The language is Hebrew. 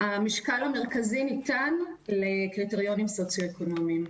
המשקל המרכזי ניתן לקריטריונים סוציו-אקונומיים.